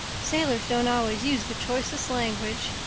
sailors don't always use the choicest language,